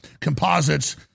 composites